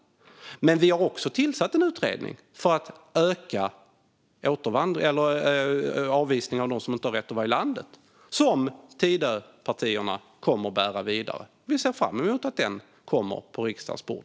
Men vi tillsatte också en utredning för att öka avvisning av dem som inte har rätt att vara i landet. Den kommer Tidöpartierna att bära vidare, och vi ser fram emot att den kommer på riksdagens bord.